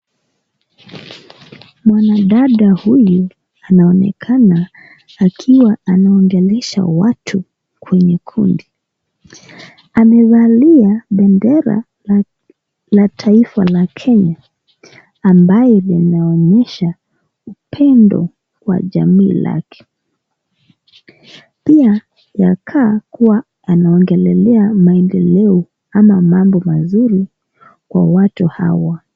Mwanadada huyu anaonekana akiwa anaongelesha watu kwenye kundi. Amevalia bendera la taifa la Kenya ambaye linaonyesha upendo kwa jamii lake. Pia inakaa kuwa anaongelelea maendeleo ama mambo mazuri kwa watu hawa.